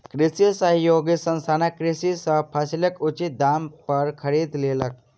कृषि सहयोगी संस्थान कृषक सॅ फसील उचित दाम पर खरीद लेलक